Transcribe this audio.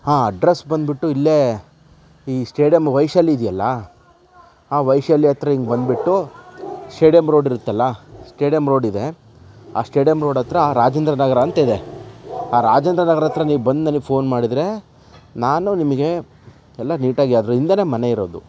ಹಾಂ ಅಡ್ರಸ್ ಬಂದುಬಿಟ್ಟು ಇಲ್ಲೇ ಈ ಸ್ಟೇಡ್ಯಂ ವೈಶಾಲಿ ಇದೆಯಲ್ಲ ಆ ವೈಶಾಲಿ ಹತ್ರ ಹಿಂಗೆ ಬಂದುಬಿಟ್ಟು ಸ್ಟೇಡ್ಯಂ ರೋಡ್ ಇರುತ್ತಲ್ಲ ಸ್ಟೇಡ್ಯಂ ರೋಡ್ ಇದೆ ಆ ಸ್ಟೇಡ್ಯಂ ರೋಡ್ ಹತ್ರ ರಾಜೇಂದ್ರ ನಗರ ಅಂತಿದೆ ಆ ರಾಜೇಂದ್ರ ನಗರ್ದ ಹತ್ತಿರ ನೀವು ಬಂದು ನನಗ್ ಫೋನ್ ಮಾಡಿದರೆ ನಾನು ನಿಮಗೆ ಎಲ್ಲ ನೀಟಾಗಿ ಅದ್ರ ಹಿಂದೆನೆ ಮನೆ ಇರೋದು